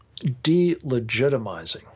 delegitimizing